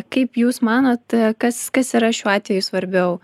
kaip jūs manote kas kas yra šiuo atveju svarbiau